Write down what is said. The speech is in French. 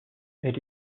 elle